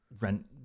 rent